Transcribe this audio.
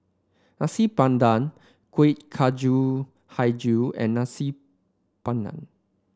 Nasi Padang Kueh Kacang hijau and Nasi Padang